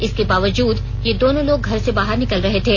इसके बावजूद ये दोनों लोग घर से बाहर निकल रहे थे